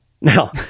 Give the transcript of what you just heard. No